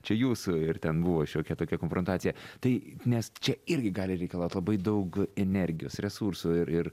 čia jūsų ir ten buvo šiokia tokia konfrontacija tai nes čia irgi gali reikalaut labai daug energijos resursų ir ir